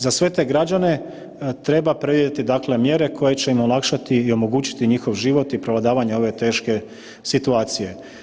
Za sve te građane treba predvidjeti dakle mjere koje će im olakšati i omogućiti njihov život i prevladavanje ove teške situacije.